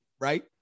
right